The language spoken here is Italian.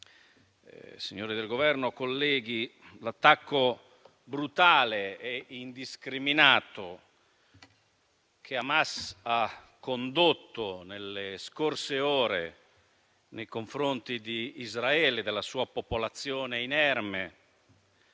del Governo, colleghi, l'attacco brutale e indiscriminato che Hamas ha condotto nelle scorse ore nei confronti di Israele, della sua popolazione inerme,